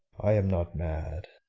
i am not mad,